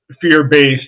fear-based